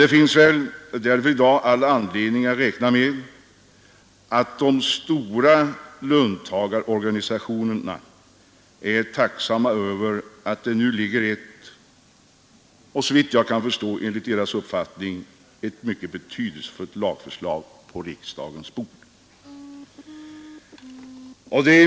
Det finns väl därför i dag all anledning att räkna med att de stora löntagarorganisationerna är tacksamma Över att det nu ligger ett — såvitt jag kan förstå — enligt deras uppfattning betydelsefullt lagförslag på riksdagens bord.